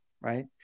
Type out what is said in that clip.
right